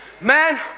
Man